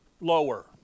lower